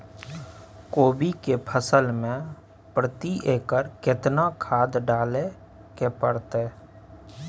कोबी के फसल मे प्रति एकर केतना खाद डालय के परतय?